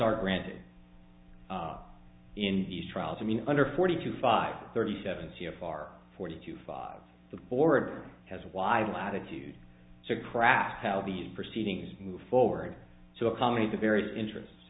are granted in these trials i mean under forty two five thirty seven c f r forty two five the board has a wide latitude so crass how these proceedings move forward to accommodate the various interests